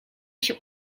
się